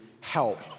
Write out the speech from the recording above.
help